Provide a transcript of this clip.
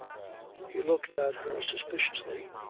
he looked at her suspiciously.